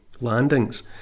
landings